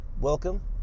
welcome